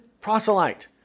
proselyte